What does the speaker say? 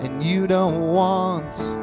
if you don't want to